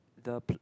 the peak